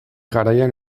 garaian